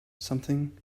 something